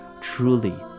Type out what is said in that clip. Truly